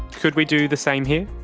could we do the same here?